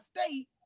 state